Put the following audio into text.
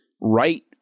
right